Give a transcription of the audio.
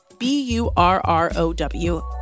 B-U-R-R-O-W